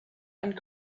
and